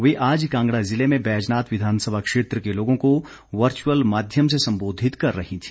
वे आज कांगड़ा जिले में बैजनाथ विधानसभा क्षेत्र के लोगों को वर्चुवल माध्यम से सम्बोधित कर रहीं थी